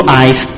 eyes